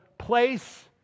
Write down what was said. place